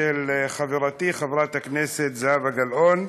מטרת הצעת החוק היא